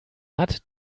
hat